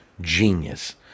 genius